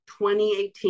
2018